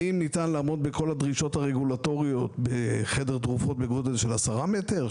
האם ניתן לעמוד בכול הדרישות הרגולטוריות בחדר תרופות בגודל של 10 מ"ר,